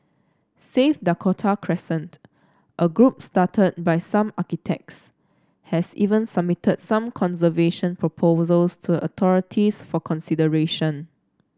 save Dakota Crescent a group started by some architects has even submitted some conservation proposals to a authorities for consideration